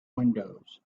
windows